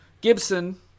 Gibson